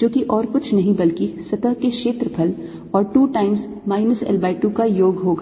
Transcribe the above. जो कि और कुछ नहीं बल्कि सतह के क्षेत्रफल और 2 times minus L by 2 का योग होगा